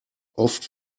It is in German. oft